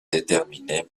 déterminées